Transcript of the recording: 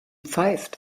pfeift